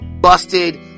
busted